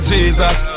Jesus